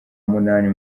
munani